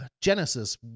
Genesis